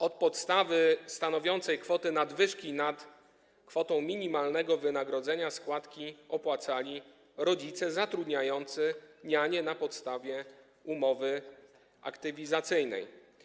Od podstawy stanowiącej kwotę nadwyżki nad kwotą minimalnego wynagrodzenia składki opłacali rodzice zatrudniający nianię na podstawie umowy aktywizacyjnej.